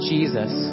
Jesus